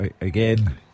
Again